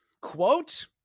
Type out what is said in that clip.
Quote